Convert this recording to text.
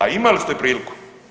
A imali ste priliku.